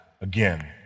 Again